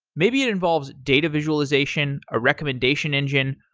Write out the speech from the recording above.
maybe it involves data visualization, a recommendation engine,